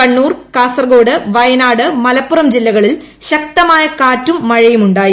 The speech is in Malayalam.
കണ്ണൂർ കാസർകോട് വയനാട് മലപ്പുറം ജില്ലകളിൽ ശക്തമായ കാറ്റും മഴയും ഉണ്ടായി